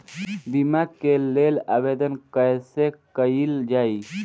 बीमा के लेल आवेदन कैसे कयील जाइ?